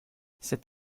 cet